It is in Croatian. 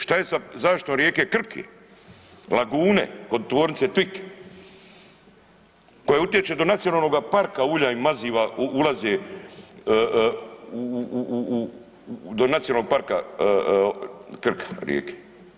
Šta je sa zaštitom rijeke Krke, lagune, od tvornice Tvik koja utječe do nacionalnoga parka ulja i maziva ulaze u do Nacionalnog parka Krka rijeke.